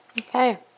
Okay